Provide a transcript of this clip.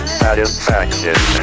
satisfaction